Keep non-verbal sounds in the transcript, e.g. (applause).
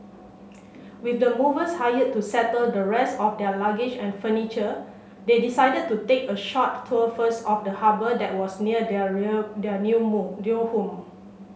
with the movers hired to settle the rest of their luggage and furniture they decided to take a short tour first of the harbour that was near their (unintelligible) their new (unintelligible) new home